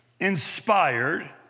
Inspired